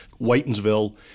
Whitensville